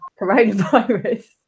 coronavirus